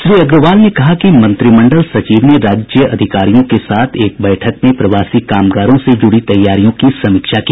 श्री अग्रवाल ने कहा कि मंत्रिमंडल सचिव ने राज्य अधिकारियों के साथ एक बैठक में प्रवासी कामगारों से जुड़ी तैयारियों की समीक्षा की